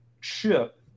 chip